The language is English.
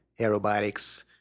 aerobatics